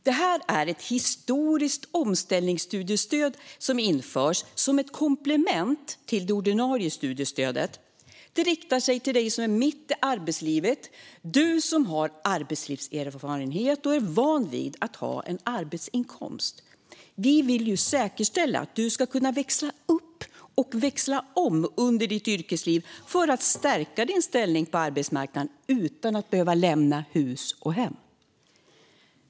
Det här är ett historiskt omställningsstudiestöd som införs som ett komplement till det ordinarie studiestödet. Det är riktat till dig som är mitt i arbetslivet, har arbetslivserfarenhet och är van vid att ha en arbetsinkomst. Vi vill säkerställa att du ska kunna växla upp och växla om under ditt yrkesliv för att stärka din ställning på arbetsmarknaden utan att behöva lämna hus och hem.